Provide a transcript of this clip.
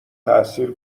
تأثیر